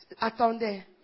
attendait